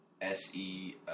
S-E